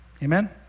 Amen